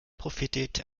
profitiert